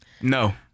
No